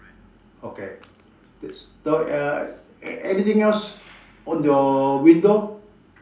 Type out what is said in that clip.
okay so uh anything else on your window